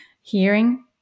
hearing